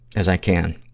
as i can.